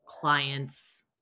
clients